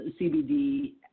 CBD